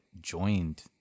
joined